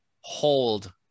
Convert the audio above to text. hold